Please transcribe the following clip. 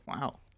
Wow